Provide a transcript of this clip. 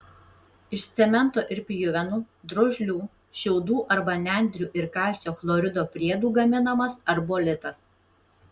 iš cemento ir pjuvenų drožlių šiaudų arba nendrių ir kalcio chlorido priedų gaminamas arbolitas